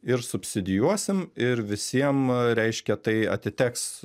ir subsidijuosim ir visiem reiškia tai atiteks